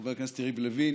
חבר הכנסת יריב לוין,